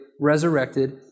resurrected